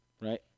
right